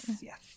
Yes